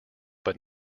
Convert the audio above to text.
but